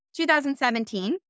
2017